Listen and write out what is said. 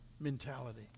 mentality